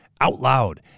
OUTLOUD